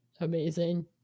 amazing